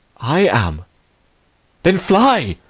i am then fly.